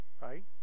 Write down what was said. right